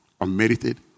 Unmerited